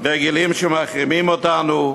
רגילים שמחרימים אותנו,